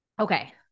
Okay